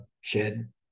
shed